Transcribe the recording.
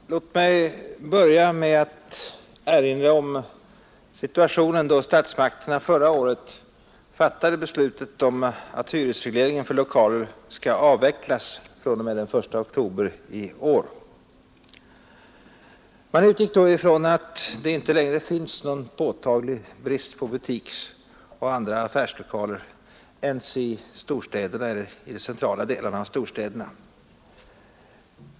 Herr talman! Låt mig börja med att erinra om situationen då statsmakterna förra året fattade beslutet att hyresregleringen för lokaler skall avvecklas fr.o.m. den 1 oktober i år. Man utgick då från att det inte längre finns någon påtaglig brist på butiksoch andra affärslokaler ens i de centrala delarna av storstäderna.